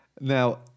Now